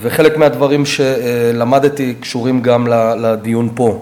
וחלק מהדברים שלמדתי קשורים גם לדיון פה.